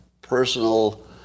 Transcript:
personal